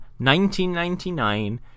1999